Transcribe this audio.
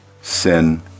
sin